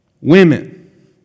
Women